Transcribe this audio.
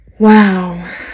Wow